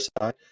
side